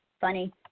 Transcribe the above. Funny